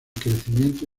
crecimiento